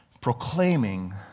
proclaiming